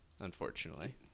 unfortunately